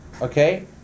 Okay